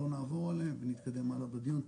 לא נעבור עליהם ונתקדם הלאה בדיון.